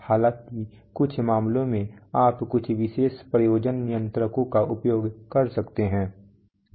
हालांकि कुछ मामलों में आप कुछ विशेष प्रयोजन नियंत्रकों का उपयोग कर सकते हैं